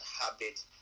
habit